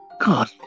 God